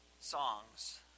songs